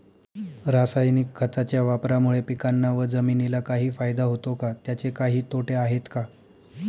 रासायनिक खताच्या वापरामुळे पिकांना व जमिनीला काही फायदा होतो का? त्याचे काही तोटे आहेत का?